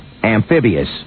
Amphibious